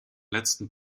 letzten